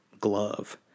glove